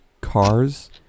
cars